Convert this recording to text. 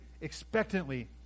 expectantly